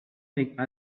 make